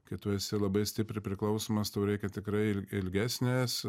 kai tu esi labai stipriai priklausomas tau reikia tikrai ilgesnės